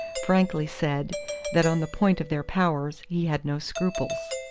frankly said that on the point of their powers he had no scruples.